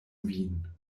vin